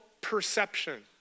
perception